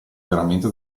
veramente